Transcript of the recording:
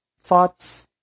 thoughts